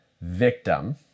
victim